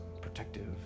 protective